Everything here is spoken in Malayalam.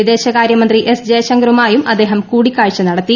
വിദേശകാര്യമന്ത്രി എസ് ജയശങ്കറുമായും അദ്ദേഹം കൂടിക്കാഴ്ച നടത്തി